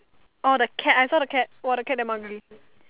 orh the cat I saw the cat !wah! the cat damn ugly